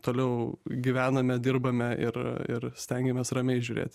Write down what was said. toliau gyvename dirbame ir ir stengiamės ramiai žiūrėt